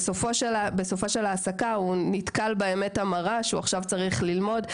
בסופה של ההעסקה הוא נתקל באמת המרה: הוא עכשיו צריך ללמוד,